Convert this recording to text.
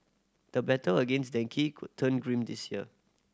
the battle against dengue could turn grim this year